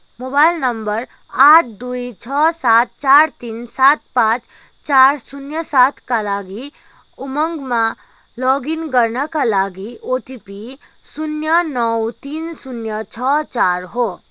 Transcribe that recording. mobile number आठ दुई छ सात चार तिन सात पाँच चार शून्य सातका लागि उमङ्गमा लगइन गर्नाका लागि ओटिपी शून्य नौ तिन शून्य छ चार हो